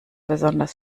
besonders